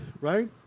right